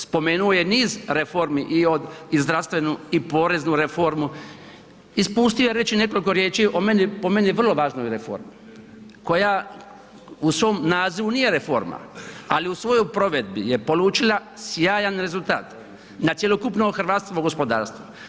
Spomenuo je niz reformi i od, i zdravstvenu i poreznu reformu ispustio je reći nekoliko riječi o po meni vrlo važnoj reformi koja u svom nazivu nije reforma, ali u svojoj provedbi je polučila sjajan rezultata na cjelokupno hrvatsko gospodarstvo.